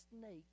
snake